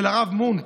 של הרב מונק,